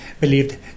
believed